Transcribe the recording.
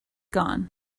gone